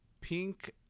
pink